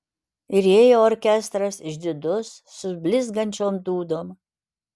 ir ėjo orkestras išdidus su blizgančiom dūdom